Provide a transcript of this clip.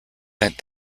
sent